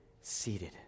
seated